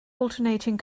alternating